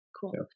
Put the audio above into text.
Cool